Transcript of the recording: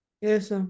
Yes